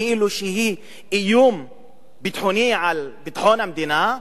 כאילו היא איום ביטחוני למדינה,